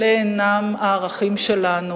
אלה אינם הערכים שלנו.